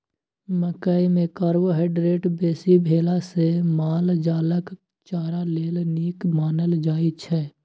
मकइ मे कार्बोहाइड्रेट बेसी भेला सँ माल जालक चारा लेल नीक मानल जाइ छै